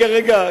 רגע, רגע, רגע.